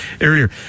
earlier